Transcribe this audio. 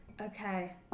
okay